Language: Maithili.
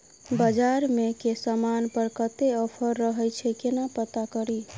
बजार मे केँ समान पर कत्ते ऑफर रहय छै केना पत्ता कड़ी?